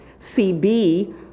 CB